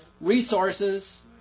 resources